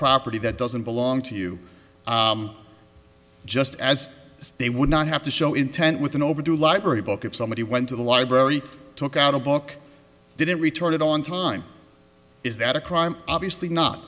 property that doesn't belong to you just as they would not have to show intent with an overdue library book if somebody went to the library took out a book did it retorted on time is that a crime obviously not